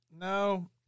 No